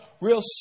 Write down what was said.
real